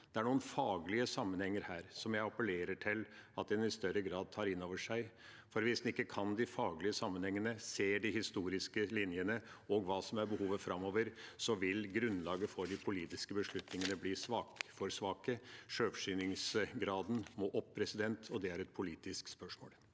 Det er noen faglige sammenhenger her som jeg appellerer til at en i større grad tar inn over seg. Hvis en ikke kan de faglige sammenhengene og ser de historiske linjene og hva som er behovet framover, vil grunnlaget for de politiske beslutningene bli for svake. Sjølforsyningsgraden må opp, og det er et politisk spørsmål.